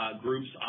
groups